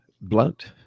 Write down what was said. blunt